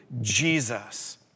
Jesus